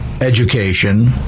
education